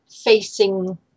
facing